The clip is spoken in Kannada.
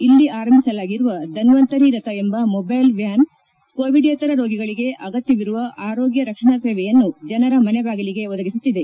ಇಲ್ಲಿ ಆರಂಭಿಸಲಾಗಿರುವ ಧನ್ವಂತರಿ ರಥ ಎಂಬ ಮೊಬ್ಲೆಲ್ ವ್ಲಾನ್ ಕೋವಿಡ್ ಯೇತರ ರೋಗಿಗಳಿಗೆ ಅಗತ್ಯವಿರುವ ಆರೋಗ್ಲ ರಕ್ಷಣಾ ಸೇವೆಯನ್ನು ಜನರ ಮನೆಬಾಗಿಲಿಗೆ ಒದಗಿಸುತ್ತಿದೆ